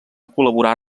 col·laborar